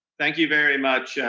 thank you very much,